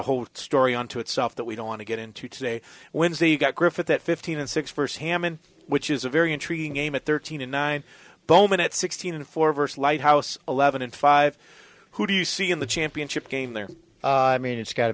whole story unto itself that we don't want to get into today when say you got griffith at fifteen and six first hammon which is a very intriguing game at thirteen and nine bulman at sixteen and four verse lighthouse eleven and five who do you see in the championship game there mean it's got